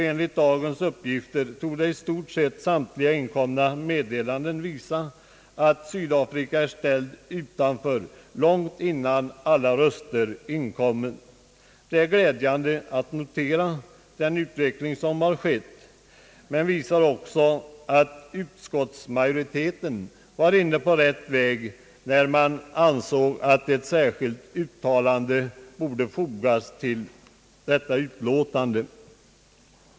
Enligt dagens uppgifter torde i stort sett samtliga inkomna meddelanden visa att Sydafrika har ställts utanför långt innan alla röster har inkommit. Det är glädjande att notera den utveckling som har skett, men detta visar också att utskottsmajoriteten var inne på rätt väg, när den ansåg att ett särskilt uttalande borde fogas till detta utlåtande.